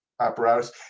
apparatus